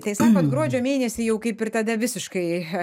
tai sakot gruodžio mėnesį jau kaip ir tada visiškai